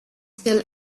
still